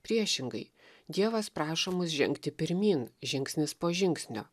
priešingai dievas prašo mus žengti pirmyn žingsnis po žingsnio